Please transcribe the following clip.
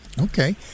Okay